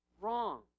wrong